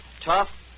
tough